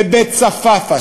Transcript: בבית-צפאפא,